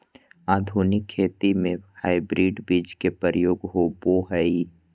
आधुनिक खेती में हाइब्रिड बीज के प्रयोग होबो हइ